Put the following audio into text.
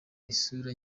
isura